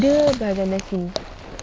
dia badan langsing